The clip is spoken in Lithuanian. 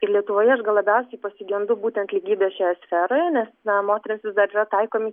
ir lietuvoje aš gal labiausiai pasigendu būtent lygybės šioje sferoje nes na moterims vis dar yra taikomi